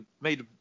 made